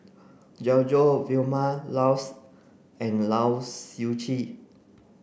Glen Goei Vilma Laus and Lai Siu Chiu